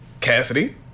Cassidy